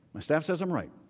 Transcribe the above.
my staff says i'm right.